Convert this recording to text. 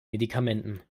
medikamenten